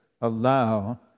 allow